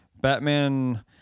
Batman